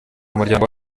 umuryango